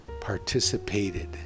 participated